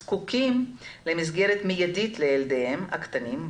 זקוקים למסגרת מיידית לילדיהם הקטנים,